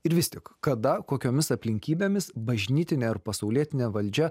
ir vis tik kada kokiomis aplinkybėmis bažnytinė ar pasaulietinė valdžia